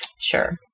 Sure